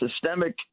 systemic